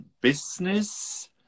business